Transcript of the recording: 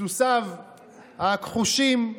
סוסיו הכחושים,